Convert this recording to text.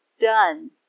done